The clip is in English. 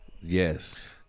Yes